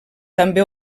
també